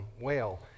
whale